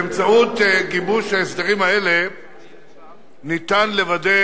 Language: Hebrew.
באמצעות גיבוש ההסדרים האלה ניתן לוודא